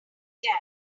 jam